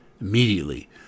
Immediately